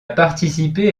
participé